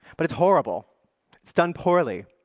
but it's horrible it's done poorly,